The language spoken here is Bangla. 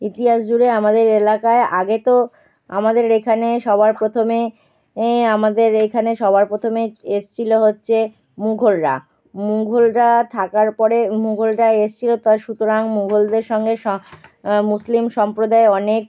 ইতিহাস জুড়ে আমাদের এলাকায় আগে তো আমাদের এখানে সবার প্রথমে আমাদের এইখানে সবার প্রথমে এসছিলো হচ্ছে মুঘলরা মুঘলরা থাকার পরে মুঘলরা এসছিলো তা সুতরাং মুঘলদের সঙ্গে স মুসলিম সম্প্রদায় অনেক